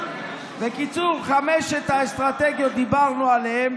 בקיצור, חמש האסטרטגיות, דיברנו עליהן.